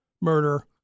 murder